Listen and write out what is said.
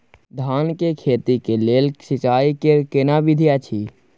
धान के खेती के लेल सिंचाई कैर केना विधी अछि?